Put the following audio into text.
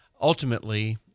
Ultimately